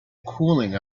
cooling